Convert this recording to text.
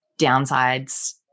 downsides